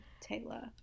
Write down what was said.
Taylor